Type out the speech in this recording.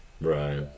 right